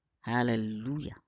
hallelujah